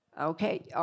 Okay